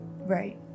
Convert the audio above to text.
Right